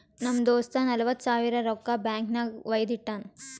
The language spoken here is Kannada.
ನಮ್ ದೋಸ್ತ ನಲ್ವತ್ ಸಾವಿರ ರೊಕ್ಕಾ ಬ್ಯಾಂಕ್ ನಾಗ್ ವೈದು ಇಟ್ಟಾನ್